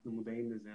אנחנו מודעים לזה,